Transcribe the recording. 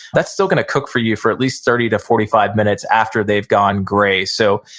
that's still gonna cook for you for at least thirty to forty five minutes after they've gone gray. so,